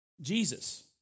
Jesus